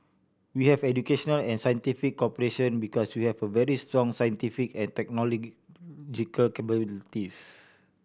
we have educational and scientific cooperation because you have very strong scientific and technological capabilities